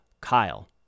Kyle